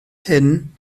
hyn